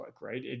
right